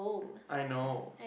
I know